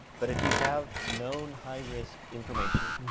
but if you have known high risk information.